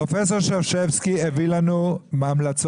ד"ר שרשבסקי הביא לנו המלצות,